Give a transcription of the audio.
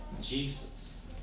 Jesus